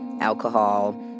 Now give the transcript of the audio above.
alcohol